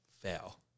fail